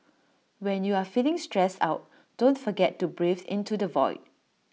when you are feeling stressed out don't forget to breathe into the void